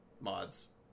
mods